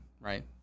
right